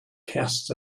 casts